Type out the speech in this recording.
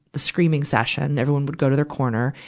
the screaming session, everyone would go to their corner.